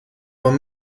were